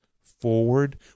forward